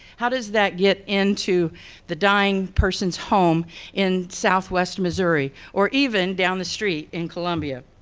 how does that get into the dying person's home in southwest missouri or even down the street in columbia?